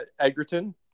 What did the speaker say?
Egerton